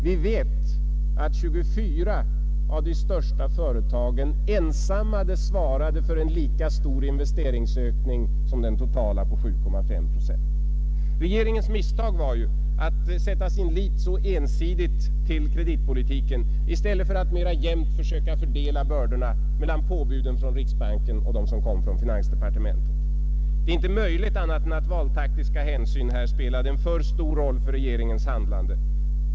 Vi vet att 24 av de största företagen ensamma svarade för en lika stor investeringsökning som den totala på 7,5 Jo. Regeringens misstag var att sätta sin lit så ensidigt till kreditpolitiken i stället för att mera jämnt söka fördela bördorna mellan påbuden från riksbanken och dem som kom från finansdepartementet. Det är inte möjligt annat än att valtaktiska hänsyn här spelade en för stor roll för regeringens handlande.